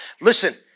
listen